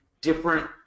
different